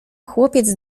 chłopiec